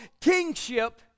kingship